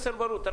אני